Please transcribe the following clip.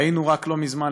ראינו רק לא מזמן,